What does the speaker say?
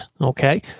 okay